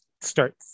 start